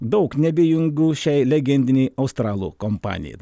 daug neabejingų šiai legendinei australų kompanijai